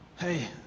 Hey